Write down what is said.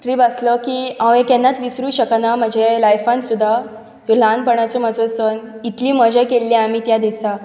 trip आसलो की हांव हें केन्नाच विसरूंक शकना म्हज्या लायफान सुद्दां ल्हानपणाचो म्हजो सन इतली मजा केल्ली आमी त्या दिसा